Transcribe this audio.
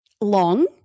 long